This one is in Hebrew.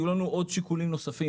יהיו לנו עוד שיקולים נוספים,